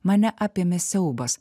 mane apėmė siaubas